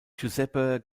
giuseppe